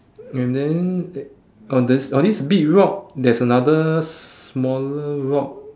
and then eh on this on this big rock there's another smaller rock